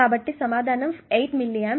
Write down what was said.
కాబట్టి సమాధానం 8మిల్లీ ఆంప్స్